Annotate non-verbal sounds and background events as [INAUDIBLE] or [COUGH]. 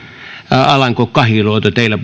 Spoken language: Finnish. alanko kahiluoto teille [UNINTELLIGIBLE]